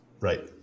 right